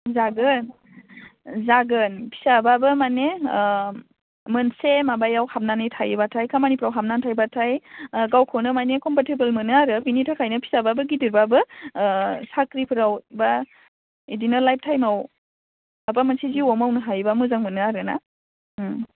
जागोन जागोन फिसाबाबो माने मोनसे माबायाव हाबनानै थायोबाथाय खामानिफ्राव हाबनानै थायोबाथाय गावखौनो माने कम्फ'रटेबोल मोनो आरो बेनि थाखायनो फिसाबाबो गिदिरबाबो साख्रिफ्राव बा बिदिनो लाइफ टाइमाव माबा मोनसे जिउआव मावनो हायोबा मोजां मोनो आरोना